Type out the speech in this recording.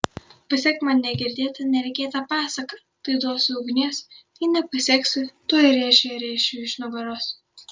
pasek man negirdėtą neregėtą pasaką tai duosiu ugnies jei nepaseksi tuoj rėžį rėšiu iš nugaros